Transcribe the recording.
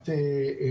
במשרות